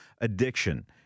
addiction